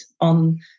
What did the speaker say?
on